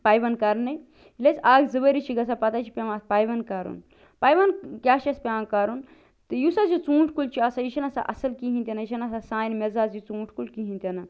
پٮ۪ونٛد کرنٔے ییٚلہِ حظ اکھ زٕ ؤری چھِ گَژھان پتہٕ حظ چھُ پیٚوان اتھ پیونٛد کَرُن پیونٛد کیٛاہ چھُ اسہِ پیٚوان کَرُن تہٕ یُس حظ یہِ ژونٛٹھی کُل چھُ آسان یہِ چھُنہٕ آسان اصٕل کِہیٖنۍ تہِ نہٕ یہِ چھُنہٕ آسان سانہِ مِزاز یہِ ژونٛٹھۍ کُل کِہیٖنۍ تہِ نہٕ